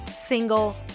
single